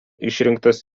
išrinktas